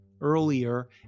earlier